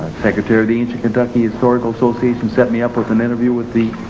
secretary of the ancient kentucky historical association set me up with an interview with the